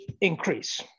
increase